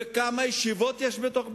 וכמה ישיבות יש בתוך בתי-הסוהר?